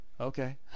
Okay